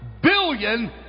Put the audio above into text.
billion